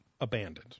abandoned